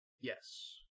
Yes